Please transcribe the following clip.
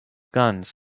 guns